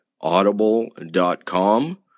audible.com